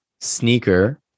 sneaker